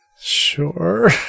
Sure